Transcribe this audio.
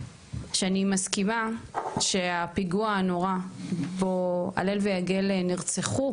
שאני מסכימה שהפיגוע הנורא בו הלל ויגל נרצחו,